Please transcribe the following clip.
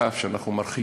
תקף על שאנחנו מרחיקים,